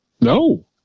No